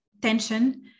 tension